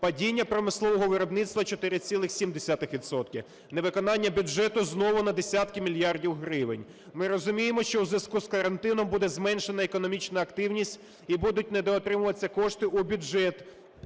Падіння промислового виробництва – 4,7 відсотки. Невиконання бюджету знову на десятки мільярдів гривень. Ми розуміємо, що в зв'язку з карантином буде зменшена економічна активність і будуть недоотримуватися кошти у бюджет,